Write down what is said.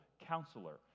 counselor